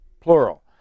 plural